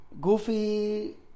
goofy